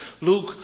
Luke